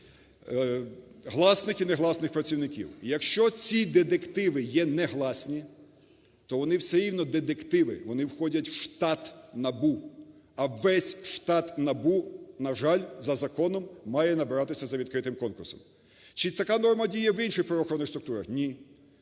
гласних і негласних працівників. Якщо ці детективи є негласні, то вони все рівно детективи, вони входять в штат НАБУ, а весь штат НАБУ, на жаль, за законом має набиратися за відкритим конкурсом. Чи така норма діє в інших правоохоронних структурах? Ні.